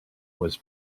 was